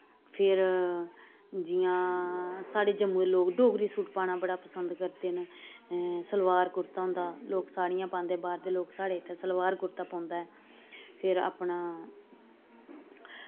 फिर जि'यां साढ़े जम्मू दे लोग डोगरी सूट पाना बड़ा पसंद करदे न सलवार कुर्ता होंदा लोग साड़ियां पांदे बाहर दे लोग साढ़े इ'त्थें सलवार कुर्ता पौंदा ऐ फिर अपना